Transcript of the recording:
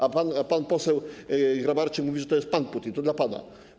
A pan poseł Grabarczyk mówi, że to jest pan Putin, to dla pana.